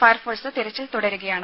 fire force തെരച്ചിൽ തുടരുകയാണ്